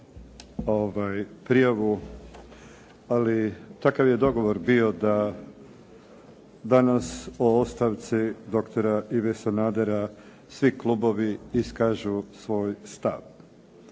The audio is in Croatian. prijavu, ali takav je dogovor bio da danas o ostavci doktora Ive Sanadera svi klubovi iskažu svoj stav.